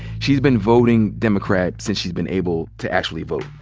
she's been voting democrat since she's been able to actually vote.